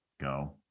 go